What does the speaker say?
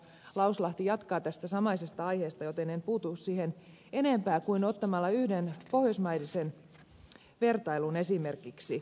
lauslahti jatkaa tästä samaisesta aiheesta joten en puutu siihen enempää kuin ottamalla yhden pohjoismaisen vertailun esimerkiksi